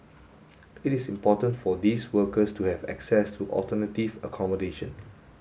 it is important for these workers to have access to alternative accommodation